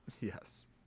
Yes